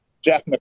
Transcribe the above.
Jeff